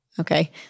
okay